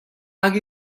hag